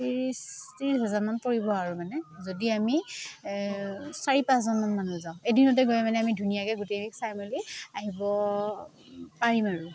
ত্ৰিছ ত্ৰিছ হেজাৰমান পৰিব আৰু মানে যদি আমি চাৰি পাঁচজনমান মানুহ যাওঁ এদিনতে গৈ মানে আমি ধুনীয়াকে গোটেই চাই মেলি আহিব পাৰিম আৰু